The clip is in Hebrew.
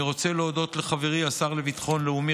אני רוצה להודות לחברי השר לביטחון לאומי,